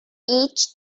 each